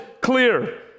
clear